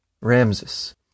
Ramses